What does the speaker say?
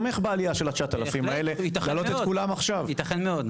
ייתכן מאוד.